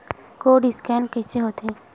Code scan कइसे होथे?